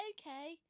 okay